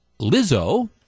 Lizzo